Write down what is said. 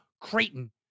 Creighton